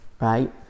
right